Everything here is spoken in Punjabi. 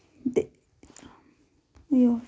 ਅਤੇ